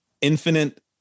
infinite